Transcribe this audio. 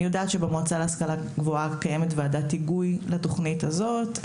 אני יודעת שבמועצה להשכלה גבוהה קיימת ועדת היגוי לתוכנית הזאת,